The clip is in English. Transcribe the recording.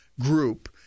group